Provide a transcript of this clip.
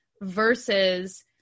versus